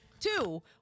Two